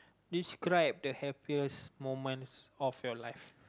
describe the happiest moments of your life